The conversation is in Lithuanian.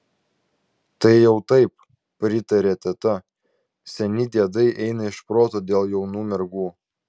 tai jau taip pritarė teta seni diedai eina iš proto dėl jaunų mergų